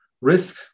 risk